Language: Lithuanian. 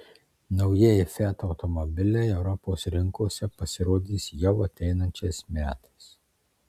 naujieji fiat automobiliai europos rinkose pasirodys jau ateinančiais metais